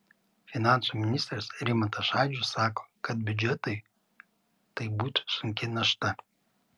finansų ministras rimantas šadžius sako kad biudžetui tai būtų sunki našta